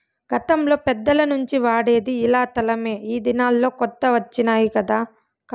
గతంలో పెద్దల నుంచి వాడేది ఇలా తలమే ఈ దినాల్లో కొత్త వచ్చినాయి కానీ